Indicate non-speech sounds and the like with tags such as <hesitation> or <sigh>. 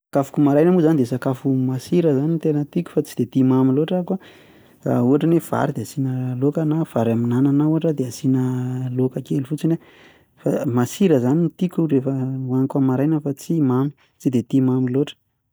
Kafoko- maraina moa zany de sakafo masira zany no tena tiako fa tsy de tia mamy loatra ahako, <hesitation> ohatra ny hoe vary de asiana laoka na vary amin'anana ohatra de asiana laoka kely fotsiny fa masira no tiako rehefa hohaniko am'maraina fa tsy mamy, tsy de tia mamy loatra.